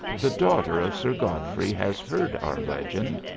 the daughter of sir godfrey has heard our legend,